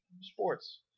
sports